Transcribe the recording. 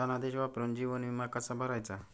धनादेश वापरून जीवन विमा कसा भरायचा?